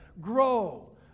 grow